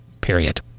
period